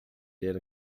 did